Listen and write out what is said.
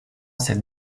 cette